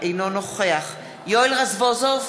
אינו נוכח יואל רזבוזוב,